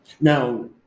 Now